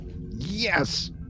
yes